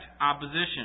opposition